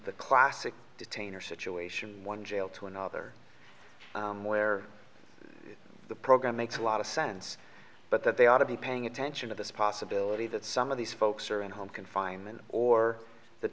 the classic detainer situation one jail to another where the program makes a lot of sense but that they ought to be paying attention to this possibility that some of these folks are in home confinement or the